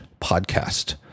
podcast